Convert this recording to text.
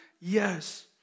Yes